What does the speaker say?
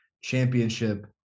championship